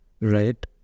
right